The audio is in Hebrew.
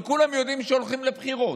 וכולם יודעים שהולכים לבחירות.